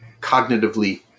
cognitively